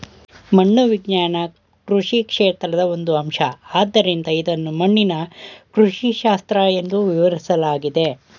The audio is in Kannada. ಮಣ್ಣು ವಿಜ್ಞಾನ ಕೃಷಿ ಕ್ಷೇತ್ರದ ಒಂದು ಅಂಶ ಆದ್ದರಿಂದ ಇದನ್ನು ಮಣ್ಣಿನ ಕೃಷಿಶಾಸ್ತ್ರ ಎಂದೂ ವಿವರಿಸಲಾಗಿದೆ